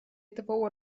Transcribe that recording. этого